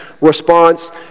response